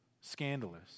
scandalous